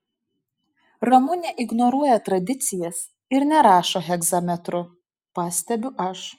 ramunė ignoruoja tradicijas ir nerašo hegzametru pastebiu aš